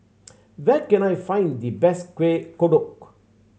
where can I find the best Kueh Kodok